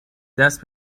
دست